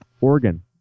Oregon